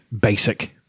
basic